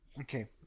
Okay